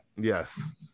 Yes